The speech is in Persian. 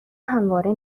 همواره